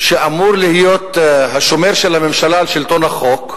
שאמור להיות השומר של הממשלה על שלטון החוק,